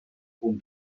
punt